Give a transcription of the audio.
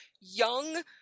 young